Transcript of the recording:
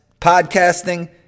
podcasting